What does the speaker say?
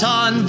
on